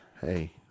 Hey